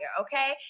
okay